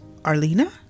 Arlena